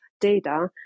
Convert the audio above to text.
data